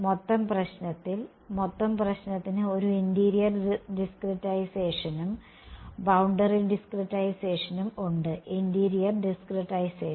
മൊത്തം പ്രശ്നത്തിൽ മൊത്തം പ്രശ്നത്തിന് ഒരു ഇന്റീരിയർ ഡിസ്ക്രിറ്റൈസേഷനും ബൌണ്ടറി ഡിസ്ക്രിറ്റിസേഷനും ഉണ്ട് ഇന്റീരിയർ ഡിസ്ക്രിറ്റൈസേഷൻ